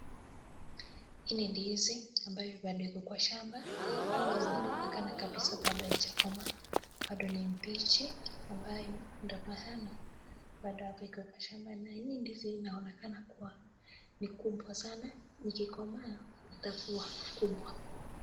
Hii ni ndizi ambayo Bado iko kwa shamba na inaonekana kabisa Bado haijakomaa Bado ni mbichi, ambacho hiii ndizi inaonekana kuwa ni kubwa sanaa ikikomaa.